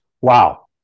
Wow